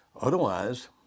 Otherwise